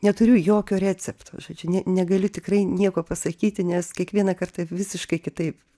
neturiu jokio recepto žodžiu ne negaliu tikrai nieko pasakyti nes kiekvieną kartą visiškai kitaip